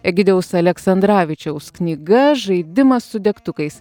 egidijaus aleksandravičiaus knyga žaidimas su degtukais